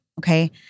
okay